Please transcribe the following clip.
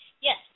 Yes